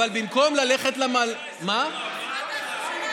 אבל במקום ללכת, מה יקרה בעוד חודשיים?